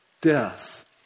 death